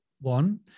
one